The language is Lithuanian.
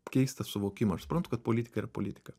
keistą suvokimą aš suprantu kad politika yra politika